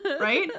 right